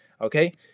Okay